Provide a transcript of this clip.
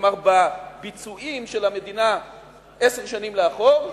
כלומר בביצועים של המדינה עשר שנים לאחור,